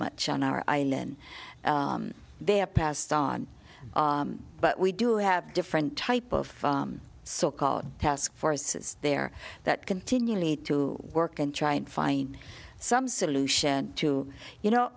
much on our island they have passed on but we do have different type of so called task forces there that continually to work and try and find some solution to you know